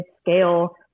scale